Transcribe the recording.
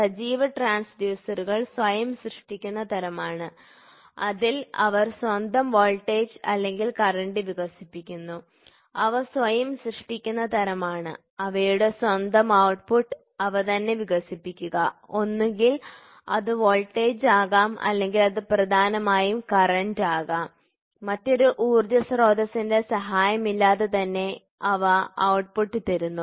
സജീവ ട്രാൻസ്ഡ്യൂസറുകൾ സ്വയം സൃഷ്ടിക്കുന്ന തരമാണ് അതിൽ അവർ സ്വന്തം വോൾട്ടേജ് അല്ലെങ്കിൽ കറന്റ് വികസിപ്പിക്കുന്നു അവ സ്വയം സൃഷ്ടിക്കുന്ന തരമാണ് അവയുടെ സ്വന്തം ഔട്ട്പുട്ട് അവ തന്നെ വികസിപ്പിക്കുക ഒന്നുകിൽ അത് വോൾട്ടേജ് ആകാം അല്ലെങ്കിൽ അത് പ്രധാനമായും കറന്റാകാ മറ്റൊരു ഊർജ്ജസ്രോതസ്സിന്റെ സഹായം ഇല്ലാതെ തന്നെ അവ ഔട്ട്പുട്ട് തരുന്നു